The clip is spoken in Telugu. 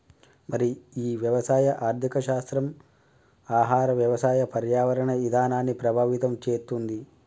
మరి ఈ వ్యవసాయ ఆర్థిక శాస్త్రం ఆహార వ్యవసాయ పర్యావరణ ఇధానాన్ని ప్రభావితం చేతుంది